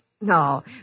No